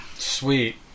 Sweet